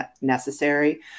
necessary